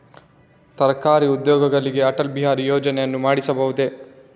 ಸರಕಾರಿ ಉದ್ಯೋಗಿಗಳಿಗೆ ಅಟಲ್ ಬಿಹಾರಿ ಯೋಜನೆಯನ್ನು ಮಾಡಿಸಬಹುದೇ?